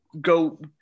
go